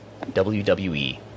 WWE